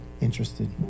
interested